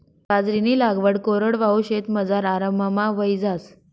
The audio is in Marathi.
बाजरीनी लागवड कोरडवाहू शेतमझार आराममा व्हयी जास